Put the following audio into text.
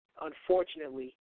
unfortunately